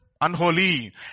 unholy